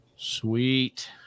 Sweet